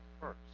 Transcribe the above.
first